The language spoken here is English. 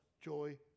joy